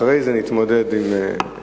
אחרי זה נתמודד עם עשיו.